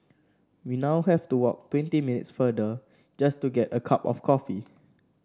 we now have to walk twenty minutes farther just to get a cup of coffee